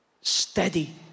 steady